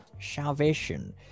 salvation